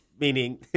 Meaning